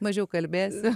mažiau kalbėsiu